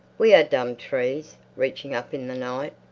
we are dumb trees, reaching up in the night,